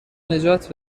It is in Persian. نجات